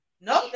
No